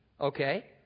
okay